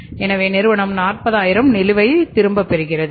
எனவே நிறுவனம் 40000 நிலுவை திரும்பப் பெறுகிறது